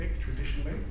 traditionally